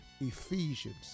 Ephesians